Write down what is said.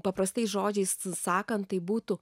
paprastais žodžiais sakant tai būtų